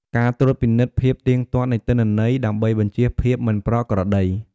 ការត្រួតពិនិត្យភាពទៀងទាត់នៃទិន្នន័យ ដើម្បីបញ្ចៀសភាពមិនប្រក្រតី។